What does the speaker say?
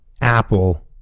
apple